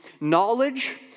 knowledge